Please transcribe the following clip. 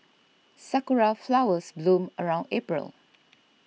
sakura flowers bloom around April